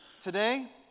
Today